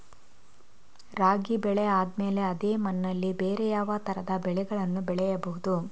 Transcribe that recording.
ರಾಗಿ ಬೆಳೆ ಆದ್ಮೇಲೆ ಅದೇ ಮಣ್ಣಲ್ಲಿ ಬೇರೆ ಯಾವ ತರದ ಬೆಳೆಗಳನ್ನು ಬೆಳೆಯಬಹುದು?